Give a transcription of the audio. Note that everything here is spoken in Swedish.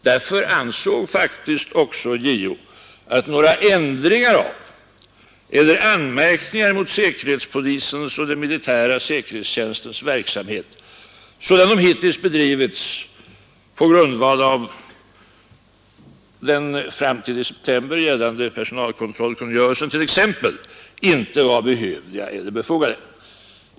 Därför anser faktiskt JO att några ändringar av eller anmärkningar mot säkerhetspolisens och den mili säkerhetstjänstens verksamhet, sådan den hittills bedrivits på grundval av den fram till september gällande personalkungörelsen t.ex., inte vara behövliga eller befogade.